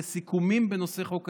לסיכומים בנושא חוק האזרחות,